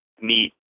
meet